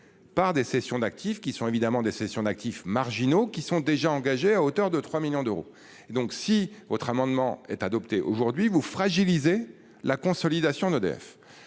Par des cessions d'actifs qui sont évidemment des cessions d'actifs marginaux qui sont déjà engagés à hauteur de 3 millions d'euros et donc si votre amendement est adopté aujourd'hui vous fragiliser la consolidation d'EDF.